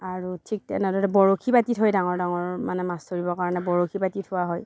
আৰু ঠিক তেনেদৰে বৰশী পাতি থয় ডাঙৰ ডাঙৰ মানে মাছ ধৰিবৰ কাৰণে বৰশী পাতি থোৱা হয়